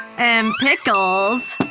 and pickles,